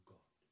God